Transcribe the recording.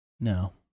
No